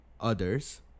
others